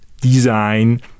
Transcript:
design